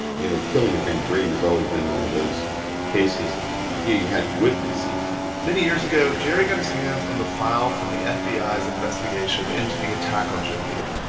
you know, the killing of james reeb has always been one of those cases you you had witnesses many years ago, jerry got his hands on the file from the fbi's ah investigation into the attack on jim reeb,